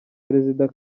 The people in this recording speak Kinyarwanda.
perezida